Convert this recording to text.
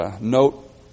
note